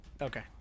Okay